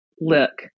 look